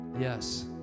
Yes